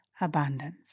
abundance